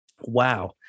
Wow